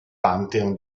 pantheon